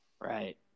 Right